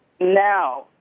now